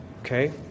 okay